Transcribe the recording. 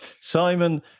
Simon